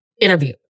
interview